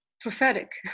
prophetic